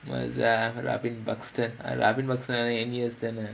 mirza robin buxten robin buxten வந்து:vanthu N_U_S தான:thaana